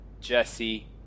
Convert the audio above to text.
Jesse